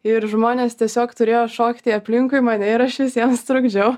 ir žmonės tiesiog turėjo šokti aplinkui mane ir aš visiems trukdžiau